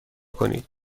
کنید